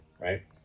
right